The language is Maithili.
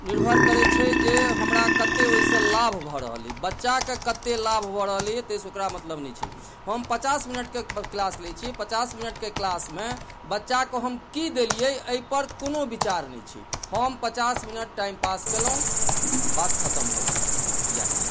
निर्भर करै छै जे हमरा कत्ते ओहि सॅं लाभ भऽ रहल अहि बच्चा के कत्ते लाभ भऽ रहलैया ताहि सॅं ओकरा मतलब नहि छै हम पचास मिनट के क्लास लै छी पचास मिनट के क्लास मे बच्चा के हम की देलियै अहिपर कोनो विचार नहि छै हम पचास मिनट टाइमपास केलहुॅं बात खत्म भऽ गेलै याह छी